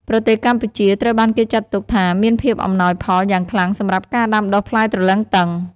ប្រទេសកម្ពុជាត្រូវបានគេចាត់ទុកថាមានភាពអំណោយផលយ៉ាងខ្លាំងសម្រាប់ការដាំដុះផ្លែទ្រលឹងទឹង។